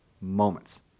moments